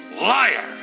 liar